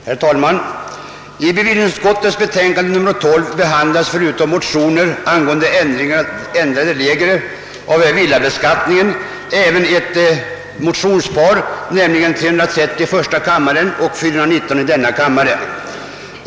Herr talman! I bevillningsutskottets betänkande nr 12 behandlas förutom motioner angående ändrade regler för villabeskattningen även motionsparet 1: 330 och II:419.